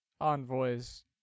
envoys